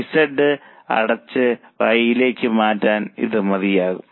Z അടച്ച് Y ലേക്ക് മാറ്റാൻ ഇത് മതിയാകും